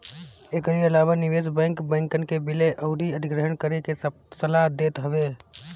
एकरी अलावा निवेश बैंक, बैंकन के विलय अउरी अधिग्रहण करे के सलाह देत हवे